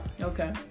Okay